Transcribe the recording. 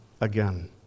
again